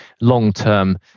long-term